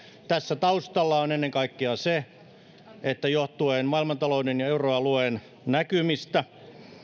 tässä taustalla on ennen kaikkea se että johtuen maailmantalouden ja euroalueen näkymistä